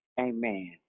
Amen